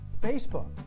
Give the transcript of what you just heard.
Facebook